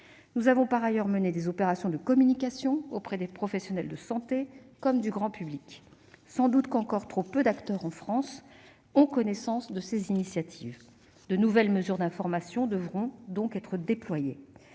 Nous avons par ailleurs mené des opérations de communication auprès des professionnels de santé comme du grand public. Sans doute encore trop peu d'acteurs en France ont connaissance de ces initiatives. De nouvelles mesures d'information devront donc être déployées.